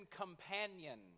companion